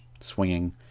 swinging